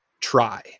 try